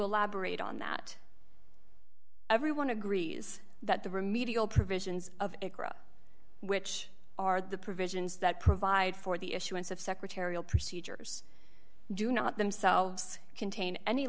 elaborate on that everyone agrees that the remedial provisions of which are the provisions that provide for the issuance of secretarial procedures do not themselves contain any